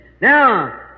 Now